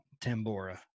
Tambora